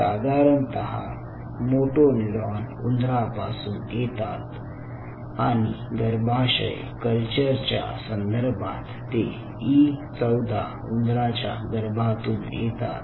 साधारणतः motor neuron उंदरा पासून येतात आणि गर्भाशय कल्चर च्या संदर्भात ते ई14 उंदराच्या गर्भातून येतात